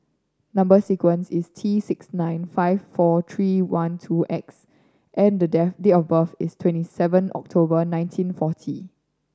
number sequence is T six nine five four three one two X and date of birth is twenty seven October nineteen forty